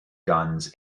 guns